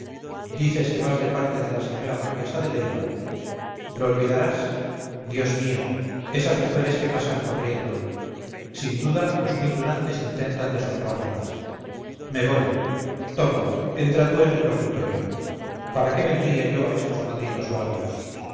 dices que vas de parte de la señora marquesa de leiva lo olvidarás dios mío esas mujeres que pasan corriendo sin duda los muy tunantes intentan deshonrarlas me voy toma entra tú en el locutorio para qué vendría yo a estos malditos barrios